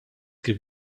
kif